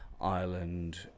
Ireland